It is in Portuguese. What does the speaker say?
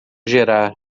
girar